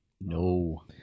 No